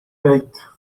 baked